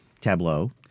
tableau